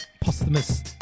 posthumous